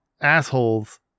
assholes